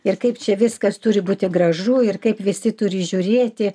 ir kaip čia viskas turi būti gražu ir kaip visi turi žiūrėti